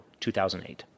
2008